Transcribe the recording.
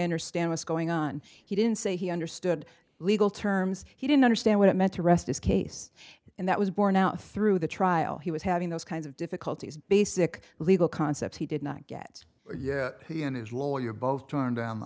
understand what's going on he didn't say he understood legal terms he didn't understand what it meant to rest his case and that was borne out through the trial he was having those kinds of difficulties basic legal concepts he did not get yet he and his lawyer both turned down the